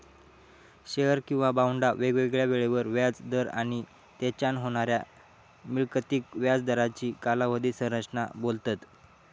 shares किंवा बॉन्डका वेगवेगळ्या येळेवर व्याज दर आणि तेच्यान होणाऱ्या मिळकतीक व्याज दरांची कालावधी संरचना बोलतत